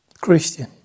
Christian